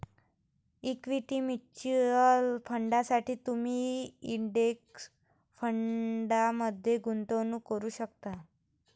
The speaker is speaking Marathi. इक्विटी म्युच्युअल फंडांसाठी तुम्ही इंडेक्स फंडमध्ये गुंतवणूक करू शकता